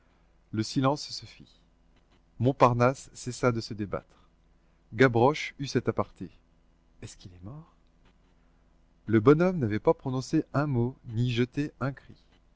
le silence se fit montparnasse cessa de se débattre gavroche eut cet aparté est-ce qu'il est mort le bonhomme n'avait pas prononcé un mot ni jeté un cri